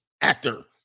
actor